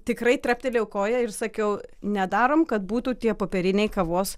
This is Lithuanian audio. tikrai treptelėjau koja ir sakiau nedarom kad būtų tie popieriniai kavos